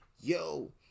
Yo